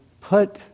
put